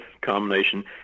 combination